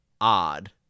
odd